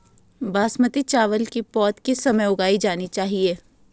बासमती चावल की पौध किस समय उगाई जानी चाहिये?